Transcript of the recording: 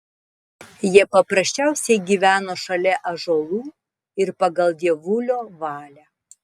jie paprasčiausiai gyveno šalia ąžuolų ir pagal dievulio valią